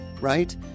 right